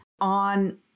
On